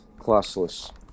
classless